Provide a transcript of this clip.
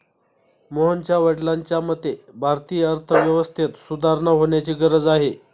मोहनच्या वडिलांच्या मते, भारतीय अर्थव्यवस्थेत सुधारणा होण्याची गरज आहे